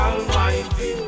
Almighty